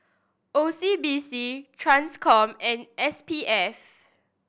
O C B C Transcom and S P F